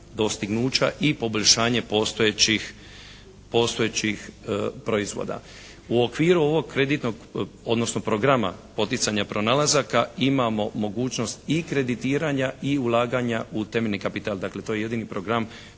i poboljšanje postojećih proizvoda. U okviru ovog kreditnog, odnosno programa poticanja pronalazaka imamo mogućnost i kreditiranja i ulaganja u temeljni kapital. Dakle, to je jedini program gdje